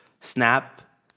snap